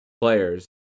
players